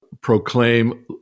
proclaim